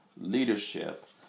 leadership